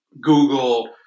Google